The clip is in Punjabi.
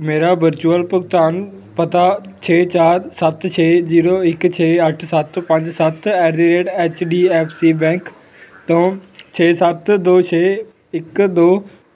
ਮੇਰਾ ਵਰਚੁਅਲ ਭੁਗਤਾਨ ਪਤਾ ਛੇ ਚਾਰ ਸੱਤ ਛੇ ਜੀਰੋ ਇੱਕ ਛੇ ਅੱਠ ਸੱਤ ਪੰਜ ਸੱਤ at the rate H D F C bank ਤੋਂ ਛੇ ਸੱਤ ਦੋ ਛੇ ਇੱਕ ਦੋ